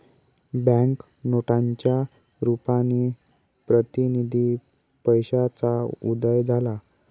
bank नोटांच्या रुपाने प्रतिनिधी पैशाचा उदय झाला